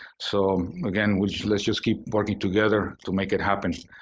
so, again, we let's just keep working together to make it happen.